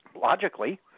logically